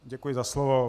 Děkuji za slovo.